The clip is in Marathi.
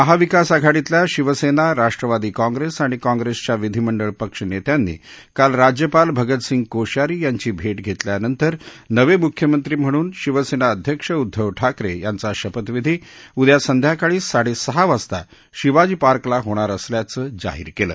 महाविकास आघाडीतल्या शिवसेना राष्ट्रवादी काँप्रेस आणि काँप्रेसच्या विधीमंडळ पक्ष नेत्यांनी काल राज्यपाल भगतसिंग कोश्यारी यांची भेट घेतल्यानंतर नवे मुख्यमंत्री म्हणून शिवसेना अध्यक्ष उद्ध्व ठाकरे यांचा शपथविधी उद्या संध्याकाळी साडे सहा वाजता शिवाजी पार्कला होणार असल्याचं जाहीर केलं